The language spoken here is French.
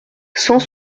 cent